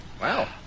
Wow